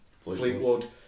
Fleetwood